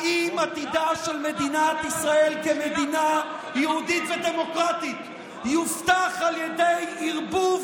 האם עתידה של מדינת ישראל כמדינה יהודית ודמוקרטית יובטח על ידי ערבוב